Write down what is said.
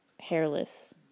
hairless